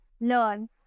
learn